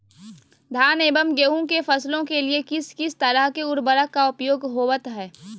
धान एवं गेहूं के फसलों के लिए किस किस तरह के उर्वरक का उपयोग होवत है?